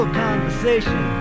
conversation